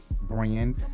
brand